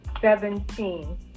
seventeen